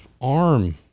arm